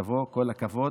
שאפו, כל הכבוד.